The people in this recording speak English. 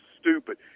stupid